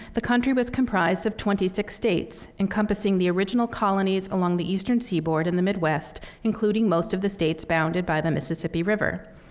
the country was comprised of twenty six states, encompassing the original colonies along the eastern seaboard and the midwest, including most of the states bounded by the mississippi river.